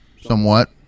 somewhat